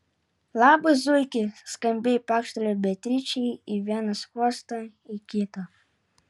labas zuiki skambiai pakštelėjo beatričei į vieną skruostą į kitą